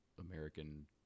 American